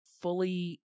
fully